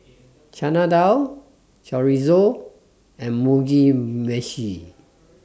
Chana Dal Chorizo and Mugi Meshi